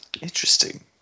Interesting